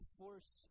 force